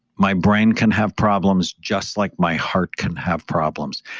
my brain can have problems just like my heart can have problems.